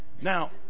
now